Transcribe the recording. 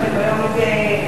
עם אגודת ישראל וש"ס.